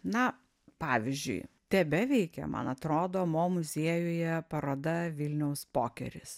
na pavyzdžiui tebeveikia man atrodo mo muziejuje paroda vilniaus pokeris